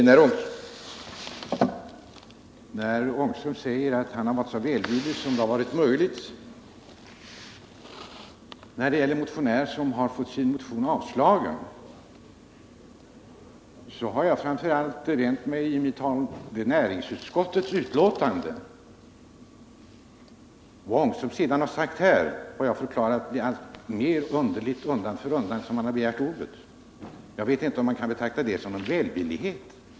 Herr talman! Herr Ångström säger att han varit så välvillig som det varit möjligt när det gäller en motionär som fått sin motion avstyrkt. Jag har framför allt i mina anföranden vänt mig mot näringsutskottets yttrande. Det herr Ångström sedan sagt här har blivit mer underligt varje gång han begärt ordet. Jag vet inte om man kan betrakta det som välvillighet.